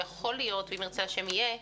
ואם ירצה השם יהיה,